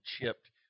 chipped